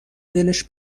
دلش